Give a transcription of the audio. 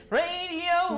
radio